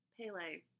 pele